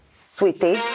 sweetie